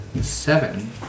Seven